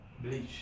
Bleach